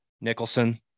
Nicholson